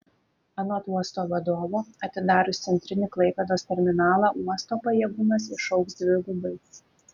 anot uosto vadovo atidarius centrinį klaipėdos terminalą uosto pajėgumas išaugs dvigubai